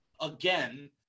again